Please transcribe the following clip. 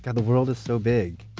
the world is so big,